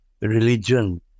religion